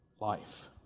life